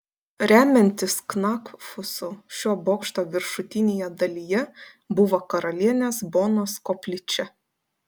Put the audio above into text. remiantis knakfusu šio bokšto viršutinėje dalyje buvo karalienės bonos koplyčia